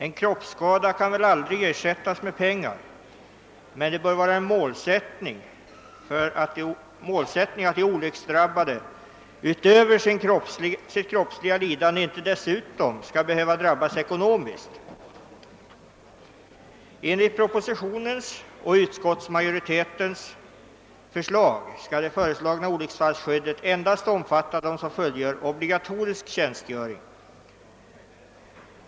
En kroppsskada kan väl aldrig gottgöras med pengar, men det bör vara en målsättning att de olycksdrabbade inte utöver sitt kroppsliga lidande skall behöva drabbas ekonomiskt. Enligt propositionens och utskottsmajoritetens förslag skall olycksfallsskyddet endast omfatta dem som fullgör obligatorisk tjänstgöring.